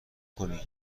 کنی